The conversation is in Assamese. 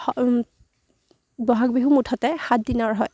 বহাগ বিহু মুঠতে সাতদিনৰ হয়